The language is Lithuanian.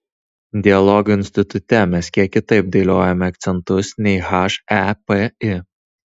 dialogo institute mes kiek kitaip dėliojame akcentus nei hepi